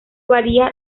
varía